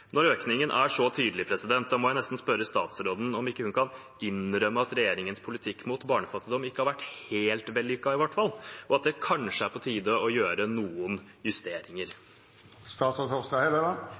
Når økningen er så tydelig, må jeg nesten spørre statsråden om hun ikke kan innrømme at regjeringens politikk mot barnefattigdom i hvert fall ikke har vært helt vellykket, og at det kanskje er på tide å gjøre noen justeringer.